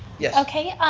yeah okay,